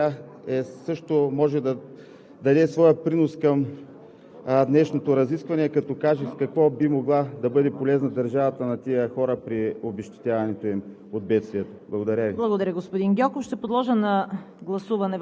от тези наводнения, очакват някакво обезщетение. Тя също може да даде своя принос към днешното разискване, като каже с какво държавата би могла да бъде полезна на тези хора при обезщетяването им